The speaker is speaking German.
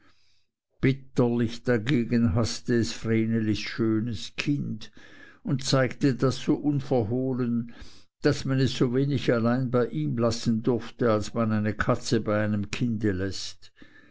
bitterlich dagegen haßte es vrenelis schönes kind und zeigte das so unverhohlen daß man es so wenig allein bei ihm lassen durfte als man eine katze bei einem kinde läßt